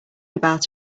about